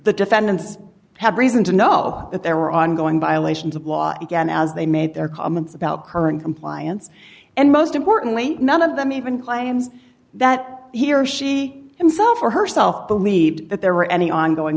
the defendants had reason to know that there were ongoing violations of law again as they made their comments about current compliance and most importantly none of them even claims that he or she himself or herself believed that there were any ongoing